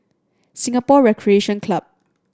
Singapore Recreation Club